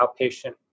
outpatient